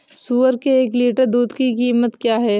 सुअर के एक लीटर दूध की कीमत क्या है?